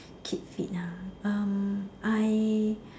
keep fit ah um I